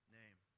name